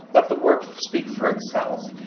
let the work speak for itself.